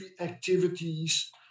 activities